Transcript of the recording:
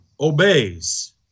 obeys